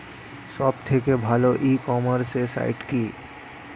সব থেকে ভালো ই কমার্সে সাইট কী?